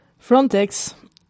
Frontex